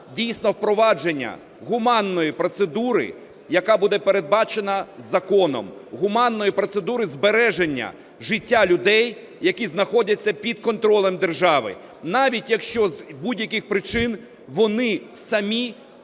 дійсно впровадження гуманної процедури, яка буде передбачена законом, гуманної процедури збереження життя людей, які знаходяться під контролем держави, навіть якщо з будь-яких причин вони самі